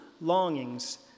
longings